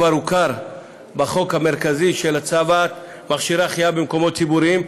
כבר מוכר בחוק המרכזי של הצבת מכשירי החייאה במקומות ציבוריים.